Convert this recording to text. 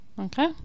Okay